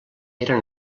era